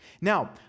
Now